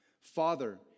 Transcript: Father